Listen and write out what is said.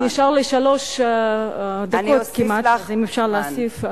נשארו לי כמעט שלוש דקות, אז אם אפשר להוסיף.